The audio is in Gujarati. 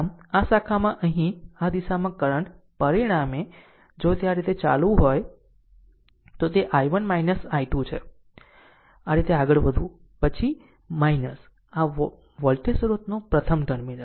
આમ આ શાખામાં અહીં આ દિશામાં કરંટ પરિણામે જો તે આ રીતે ચાલવું હોય તો તે I1 I2 છે આ રીતે આગળ વધવું પછી આ વોલ્ટેજ સ્રોતનું પ્રથમ ટર્મિનલ